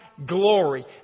Glory